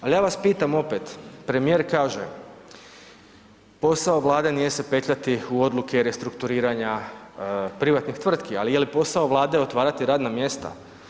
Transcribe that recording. Ali ja vas pitam opet, premijer kaže posao Vlade nije se petljati u odluke restrukturiranja privatnih tvrtki, ali je li posao Vlade otvarati radna mjesta?